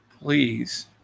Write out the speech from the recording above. Please